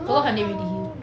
forgot her name already